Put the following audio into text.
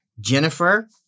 Jennifer